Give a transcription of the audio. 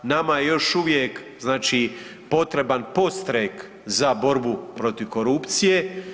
Nama je još uvijek znači potreban podstrek za borbu protiv korupcije.